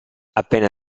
appena